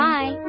Bye